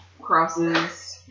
crosses